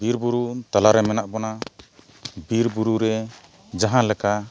ᱵᱤᱨ ᱵᱩᱨᱩ ᱛᱟᱞᱟᱨᱮ ᱢᱮᱱᱟᱜ ᱵᱚᱱᱟ ᱵᱤᱨ ᱵᱩᱨᱩ ᱨᱮ ᱡᱟᱦᱟᱸ ᱞᱮᱠᱟ